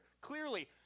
clearly